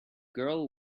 girl